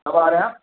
کب آ رہے ہیں آپ